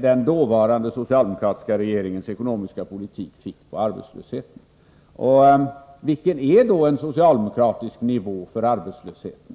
den dåvarande socialdemokratiska politiken fick på arbetslösheten. Vilken är då en socialdemokratisk nivå på arbetslösheten?